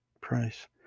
price